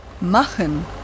machen